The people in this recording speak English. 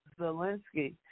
Zelensky